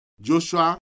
Joshua